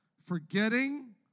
Forgetting